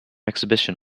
exhibition